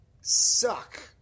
suck